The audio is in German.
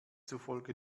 zufolge